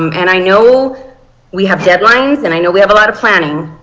um and i know we have deadlines. and i know we have a lot of planning.